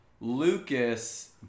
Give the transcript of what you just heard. lucas